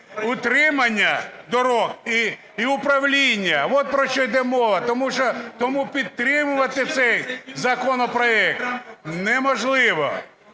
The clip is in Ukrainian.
утримання доріг, і управління. Ось про що йде мова. Тому підтримувати цей законопроект неможливо,